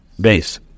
Base